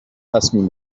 تصمیم